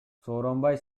сооронбай